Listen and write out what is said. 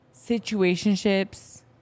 situationships